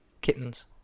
kittens